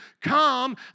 come